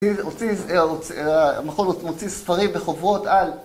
הוציא איזה, הוציא, המכון מוציא ספרים בחוברות על...